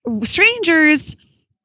strangers